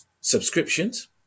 Subscriptions